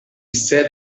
said